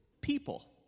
people